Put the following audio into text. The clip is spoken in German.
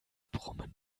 brummen